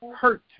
hurt